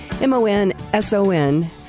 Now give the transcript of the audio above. M-O-N-S-O-N